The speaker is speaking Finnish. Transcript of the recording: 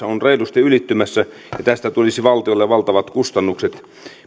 on reilusti ylittymässä ja tästä tulisi valtiolle valtavat kustannukset